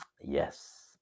Yes